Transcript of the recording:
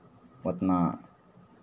उतना